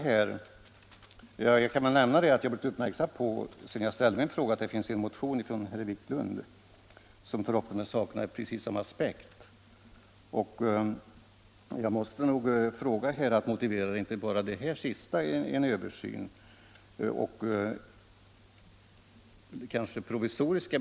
Motiverar inte den här nya praktikorganisationen att en översyn av bestämmelserna görs och att kanske provisoriska bestämmelser utfärdas i avvaktan på att en översyn kan ge resultat?